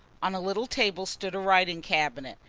on a little table stood a writing cabinet.